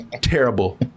terrible